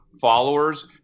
followers